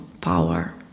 power